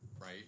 right